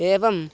एवम्